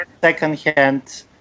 second-hand